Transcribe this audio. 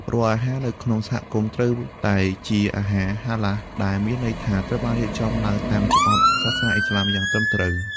រាល់អាហារនៅក្នុងសហគមន៍ត្រូវតែជាអាហារ "ហាឡាល" ដែលមានន័យថាត្រូវបានរៀបចំឡើងតាមច្បាប់សាសនាឥស្លាមយ៉ាងត្រឹមត្រូវ។